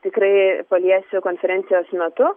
tikrai paliesiu konferencijos metu